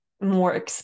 more